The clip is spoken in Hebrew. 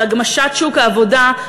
הגמשת שוק העבודה,